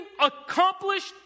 accomplished